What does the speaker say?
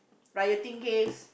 rioting case